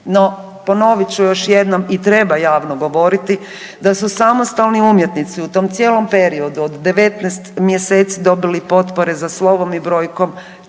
no ponovit ću još jednom i treba javno govoriti da su samostalni umjetnici u tom cijelom periodu od 19 mjeseci dobili potpore za slovom i brojkom, 4 mjeseca,